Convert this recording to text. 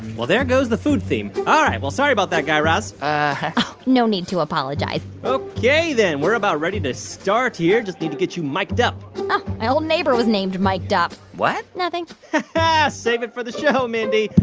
well, there goes the food theme. all right. well, sorry about that, guy raz no need to apologize ok, then. we're about ready to start here. just need to get you miked up my old neighbor was named mike dupp what? nothing save it for the show, mindy.